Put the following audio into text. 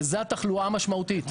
וזו התחלואה המשמעותית.